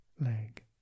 leg